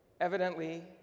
Evidently